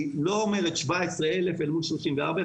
שלא אומרת 17,000 אל מול 34,000,